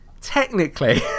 technically